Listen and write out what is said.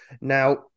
Now